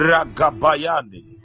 Ragabayani